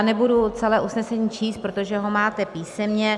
Nebudu celé usnesení číst, protože ho máte písemně.